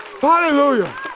hallelujah